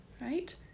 right